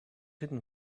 hidden